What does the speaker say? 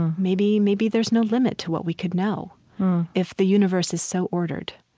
um maybe maybe there's no limit to what we could know if the universe is so ordered.